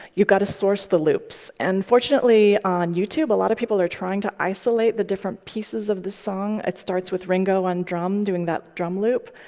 you've got to source the loops. and fortunately on youtube, a lot of people are trying to isolate the different pieces of the song. it starts with ringo on drums doing that drum loop.